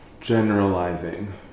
generalizing